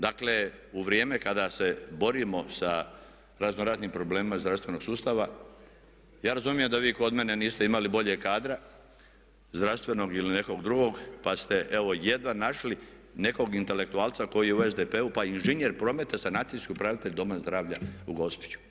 Dakle, u vrijeme kada se borimo sa razno raznim problemima zdravstvenog sustava ja razumijem da vi kod mene niste imali boljeg kadra zdravstvenog ili nekog drugog pa ste evo jedva našli nekog intelektualca koji je u SDP-u pa i inženjer prometa, sanacijski upravitelj Doma zdravlja u Gospiću.